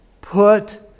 Put